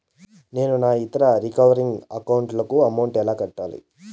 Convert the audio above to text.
నేను నా ఇతర రికరింగ్ అకౌంట్ లకు అమౌంట్ ఎలా కట్టాలి?